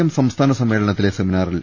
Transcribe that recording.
M സംസ്ഥാന സമ്മേളനത്തിലെ സെമിനാറിൽ